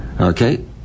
Okay